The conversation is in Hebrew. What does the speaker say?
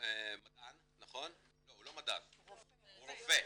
הוא רופא,